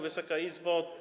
Wysoka Izbo!